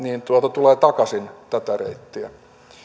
tulee takaisin tätä reittiä